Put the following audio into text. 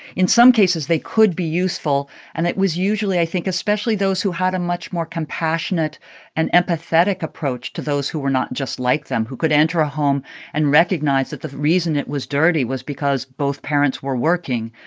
in some cases, they could be useful and it was usually i think especially those who had a much more compassionate and empathetic approach to those who were not just like them who could enter a home and recognize that the reason it was dirty was because both parents were working.